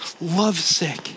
Lovesick